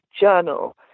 journal